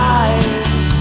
eyes